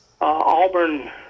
Auburn